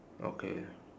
okay